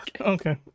Okay